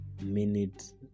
minute